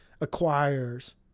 Acquires